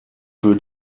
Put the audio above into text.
für